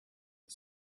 the